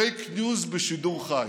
פייק ניוז בשידור חי.